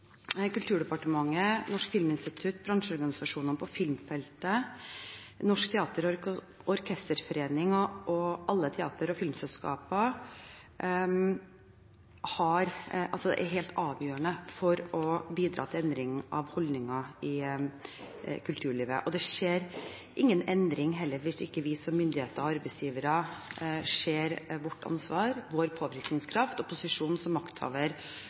Kulturdepartementet, Norsk filminstitutt, bransjeorganisasjonene på filmfeltet, Norsk teater- og orkesterforening og alle teater- og filmselskaper er helt avgjørende for å bidra til endring av holdninger i kulturlivet. Det skjer heller ingen endring hvis ikke vi som myndighet og arbeidsgivere ser vårt ansvar, vår påvirkningskraft og posisjon som makthaver,